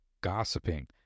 gossiping